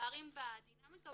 פערים בדינמיקה או